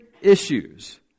issues